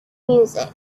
music